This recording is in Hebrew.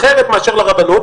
אחרת מאשר לרבנות,